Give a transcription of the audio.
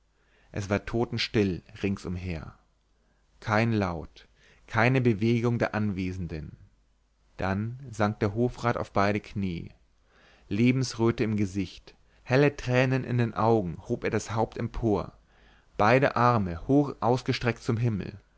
es war totenstill ringsumher kein laut keine bewegung der anwesenden dann sank der hofrat auf beide knie lebensröte im gesicht helle tränen in den augen hob er das haupt empor beide arme hoch ausgestreckt zum himmel